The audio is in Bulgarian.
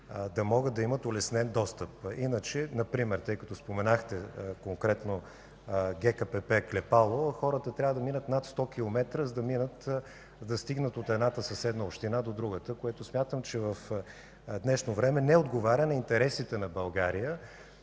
да могат да имат улеснен достъп. Тъй като споменахте конкретно ГКПП – Клепало, хората трябва да минат над 100 км, за да стигнат от едната съседна община до другата, което смятам, че в днешно време не отговаря на интересите на България